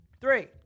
Three